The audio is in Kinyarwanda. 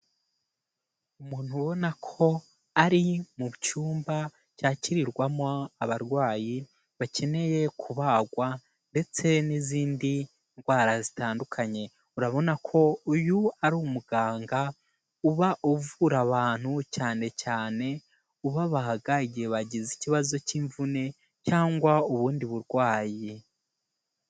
Umuntu ubona ko ari mu cyumba cyakirirwamo abarwayi bakeneye kubagwa ndetse n'izindi ndwara zitandukanye, urabona ko uyu ari umuganga uba uvura abantu cyane cyane ubabaga igihe bagize ikibazo k'imvune cyangwa ubundi burwayi.